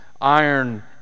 iron